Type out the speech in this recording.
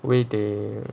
way they